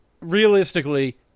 realistically